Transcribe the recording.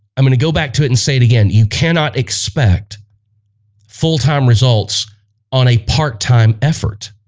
i'm going to go back to it and say it again. you can not expect full-time results on a part-time effort